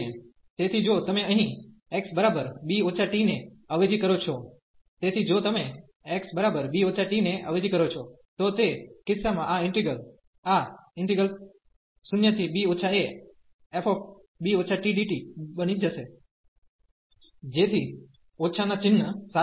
તેથી જો તમે અહીં x b t ને અવેજી કરો છો તેથી જો તમે x b t ને અવેજી કરો છો તો તે કિસ્સામાં આ ઈન્ટિગ્રલ આ 0b afb tdt બની જશે જેથી ઓછા ના ચિન્હ સાથે